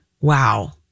wow